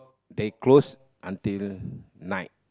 they close until nine